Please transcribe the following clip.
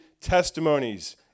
testimonies